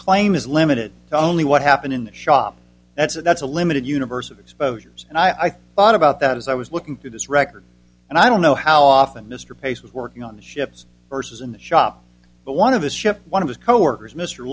claim is limited to only what happened in the shop that's a that's a limited universe of exposures and i thought about that as i was looking through this record and i don't know how often mr pace was working on the ships versus in the shop but one of his ship one of his coworkers m